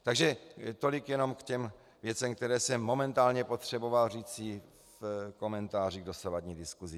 Takže tolik jenom k těm věcem, které jsem momentálně potřeboval říci v komentáři k dosavadní diskusi.